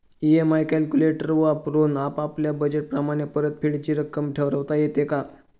EMI calculator वापरून आपापल्या budget प्रमाणे परतफेडीची रक्कम ठरवता येते का?